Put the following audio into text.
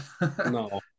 No